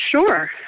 Sure